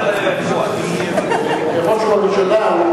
בראש ובראשונה, הוא,